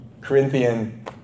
Corinthian